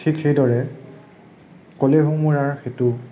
ঠিক সেইদৰে কলিয়া ভোমোৰাৰ সেতু